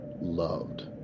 loved